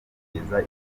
kugeza